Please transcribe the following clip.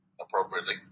appropriately